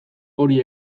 hori